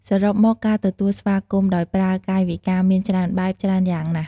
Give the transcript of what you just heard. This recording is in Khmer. សរុបមកការទទួលការស្វាគមន៍ដោយប្រើកាយវិការមានច្រើនបែប ច្រើនយ៉ាងណាស់។